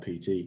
PT